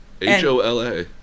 h-o-l-a